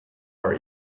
our